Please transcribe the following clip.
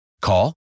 Call